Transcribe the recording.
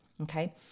Okay